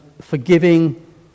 forgiving